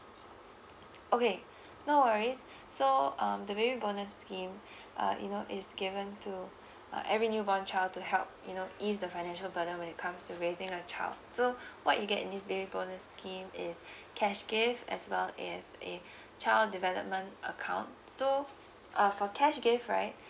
okay no worries so um the baby bonus scheme you know is given to uh every new born child to help you know ease the financial burden when it comes to raising a child so what you get in this baby bonus scheme is cash gift as well as a child development account so uh for cash gift right